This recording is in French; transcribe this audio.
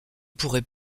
pourrais